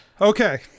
Okay